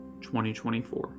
2024